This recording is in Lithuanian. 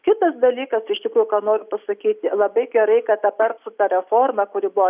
kitas dalykas iš tikrųjų ką noriu pasakyti labai gerai kad dabar su ta reforma kuri buvo